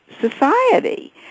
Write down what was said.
society